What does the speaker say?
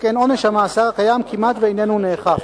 שכן עונש המאסר הקיים כמעט איננו נאכף.